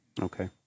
Okay